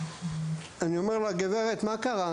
אני אומר לה: "גברת, מה קרה?